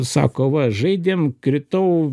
sako va žaidėm kritau